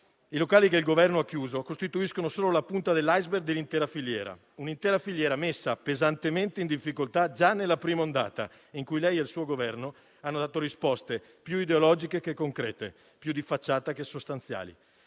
i locali che il Governo ha chiuso costituiscono solo la punta dell'*iceberg* dell'intera filiera, che era stata messa già pesantemente in difficoltà nella prima andata, in cui lei e il suo Governo avete dato risposte più ideologiche che concrete, più di facciata che sostanziali.